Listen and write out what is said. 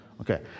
Okay